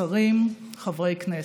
שרים, חברי הכנסת,